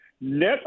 Net